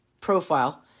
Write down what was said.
profile